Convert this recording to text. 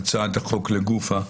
בהצעת החוק לגופה.